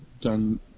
done